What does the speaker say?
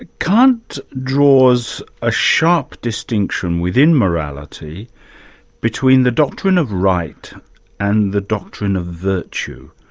kant draws a sharp distinction within morality between the doctrine of right and the doctrine of virtue.